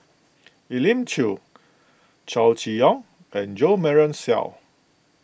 Elim Chew Chow Chee Yong and Jo Marion Seow